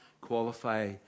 qualify